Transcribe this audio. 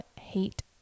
hate